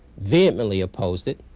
vehemently opposed it,